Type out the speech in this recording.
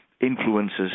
influences